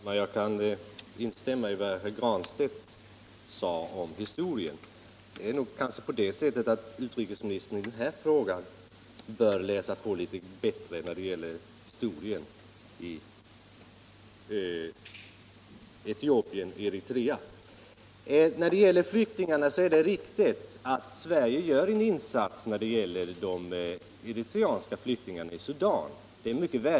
Herr talman! Jag kan instämma i vad herr Granstedt här sade om historien. Det är kanske så att utrikesministern när det gäller historien i Etiopien och Eritrea bör läsa på litet bättre. Det är riktigt att Sverige gör en insats för de eritreanska flyktingarna i Sudan.